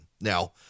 Now